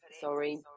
sorry